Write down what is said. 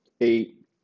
eight